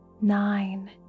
nine